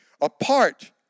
Apart